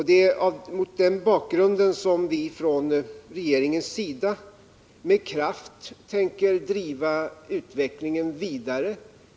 Det är mot den bakgrunden som regeringen med kraft tänker driva utvecklingen vidare.